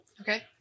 Okay